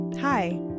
Hi